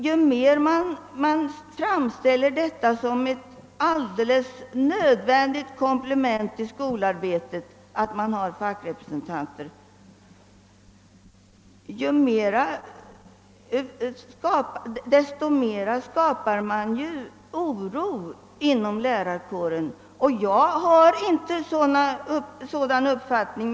Ju mer man framhäver att detta är ett alldeles nödvändigt komplement att det finns fackrepresentation, desto större oro skapar man inom lärarkåren. Jag har inte en sådan uppfattning.